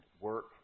work